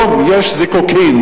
היום יש זיקוקים,